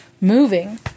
moving